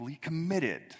committed